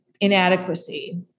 inadequacy